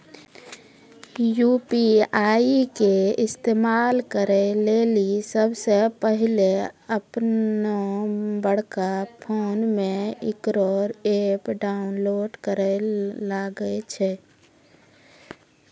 UPI के इस्तेमाल करै लेली सबसे पहिलै अपनोबड़का फोनमे इकरो ऐप डाउनलोड करैल लागै छै